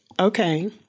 Okay